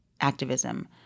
activism